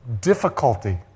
difficulty